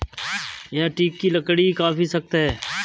यह टीक की लकड़ी काफी सख्त है